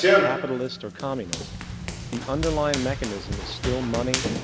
capitalist or communist the underlying mechanism is still money,